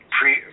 pre